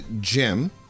Jim